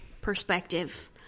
perspective